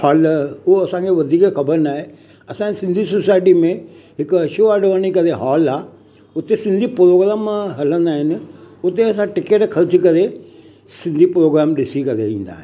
हाल उहो असांजो वधीक ख़बर नाहे असांजे सिंधी सुसाएटी में हिक अशू आॾवानी करे हॉल आहे उते सिंधी प्रोग्राम हलंदा आहिनि उते असां टिकेट ख़र्च करे सिंधी प्रोग्राम ॾिसी करे ईंदा आहियूं